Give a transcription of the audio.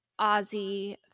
Ozzy